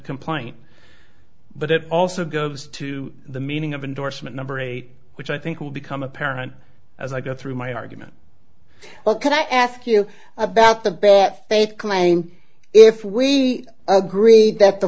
complaint but it also goes to the meaning of endorsement number eight which i think will become apparent as i go through my argument well can i ask you about the bat faith coming if we agree that the